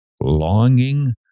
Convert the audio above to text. longing